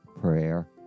prayer